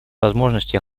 возможностью